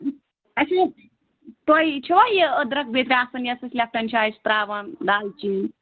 اَسہِ حظ تۄہہِ چھُوا یہِ أدرَک بیٚترِ آسان یۄس أسۍ لیپٹَن چایہِ چھِ ترٛاوان دالچیٖن